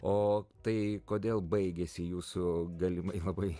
o tai kodėl baigėsi jūsų galimai labai